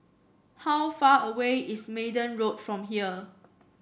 how far away is Minden Road from here